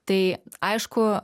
tai aišku